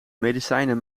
medicijnen